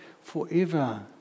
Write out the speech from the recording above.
forever